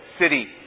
city